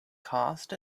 cost